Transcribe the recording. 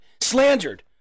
slandered